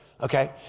okay